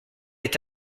est